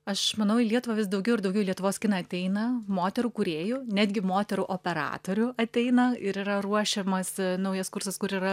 aš manau į lietuvą vis daugiau ir daugiau į lietuvos kiną ateina moterų kūrėjų netgi moterų operatorių ateina ir yra ruošiamas naujas kursas kur yra